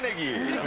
ah you